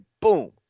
boom